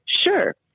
Sure